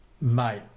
mate